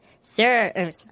Sarah